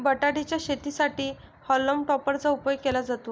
बटाटे च्या शेतीसाठी हॉल्म टॉपर चा उपयोग केला जातो